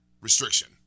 restriction